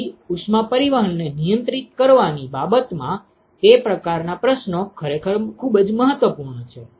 તેથી ઉષ્મા પરિવહનને નિયંત્રિત કરવાની બાબતમાં તે પ્રકારના પ્રશ્નો ખરેખર ખૂબ જ મહત્વપૂર્ણ છે